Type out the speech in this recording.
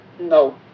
No